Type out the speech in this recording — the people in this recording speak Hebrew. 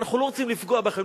אנחנו לא רוצים לפגוע בכם,